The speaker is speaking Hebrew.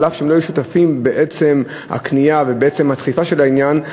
אף שהם לא היו שותפים בעצם הקנייה ובעצם הדחיפה של העניין,